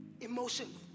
emotions